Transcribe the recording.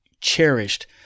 cherished